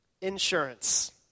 Insurance